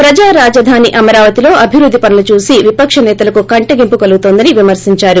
ప్రజా రాజధాని అమరావతిలో అభివృద్ది పనులు చూసి విపక్ష నేతలకు కంటగింపు కలుగుతోందని విమర్పించారు